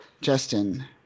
Justin